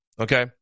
okay